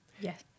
Yes